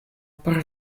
por